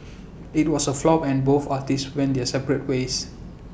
IT was A flop and both artists went their separate ways